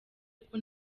kuko